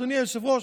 אדוני היושב-ראש,